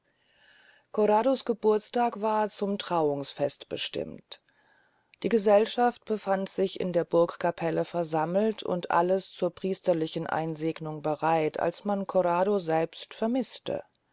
corrado's geburtstag war zum trauungsfest bestimmt die gesellschaft befand sich in der burgcapelle versammelt und alles zur priesterlichen einsegnung bereit als man corrado selbst vermißte